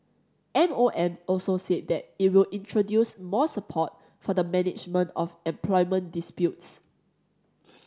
M O M also said that it will introduce more support for the management of employment disputes